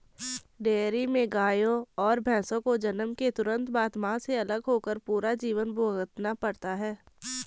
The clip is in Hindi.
डेयरी में गायों और भैंसों को जन्म के तुरंत बाद, मां से अलग होकर पूरा जीवन भुगतना पड़ता है